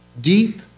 deep